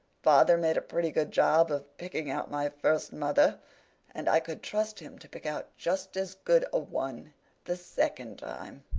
father made a pretty good job of picking out my first mother and i could trust him to pick out just as good a one the second time